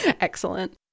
excellent